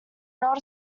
not